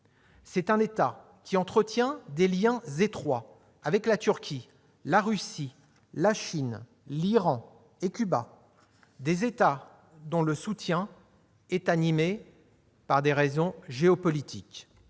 C'est un État qui entretient des liens étroits avec la Turquie, la Russie, la Chine, l'Iran et Cuba ... autant d'États dont le soutien est animé par des raisons géopolitiques